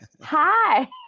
hi